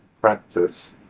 Practice